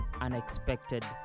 unexpected